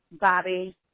Bobby